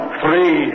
three